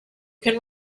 can